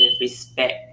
respect